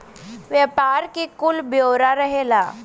व्यापार के कुल ब्योरा रहेला